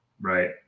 Right